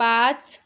पाच